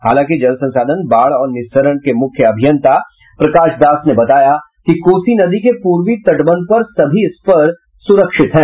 हालांकि जल संसाधन बाढ़ और निस्सरण के मुख्य अभियंता प्रकाश दास ने बताया कि कोसी नदी के पूर्वी तटबंध पर सभी स्पर सुरक्षित हैं